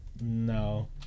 No